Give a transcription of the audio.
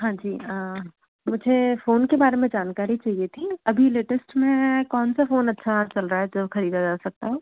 हाँ जी मुझे फ़ोन के बारे में जानकारी चाहिए थी अभी लेटेस्ट में कौन सा फ़ोन अच्छा चल रहा है जो खरीदा जा सकता हो